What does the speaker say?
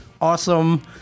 awesome